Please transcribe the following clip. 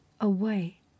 away